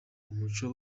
umuco